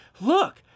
look